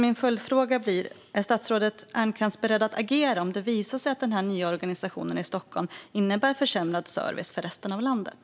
Min följdfråga blir: Är statsrådet Ernkrans beredd att agera om det visar sig att den nya organisationen i Stockholm innebär försämrad service för resten av landet?